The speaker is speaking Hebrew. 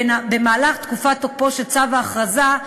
במהלך תקופת תוקפו של צו ההכרזה,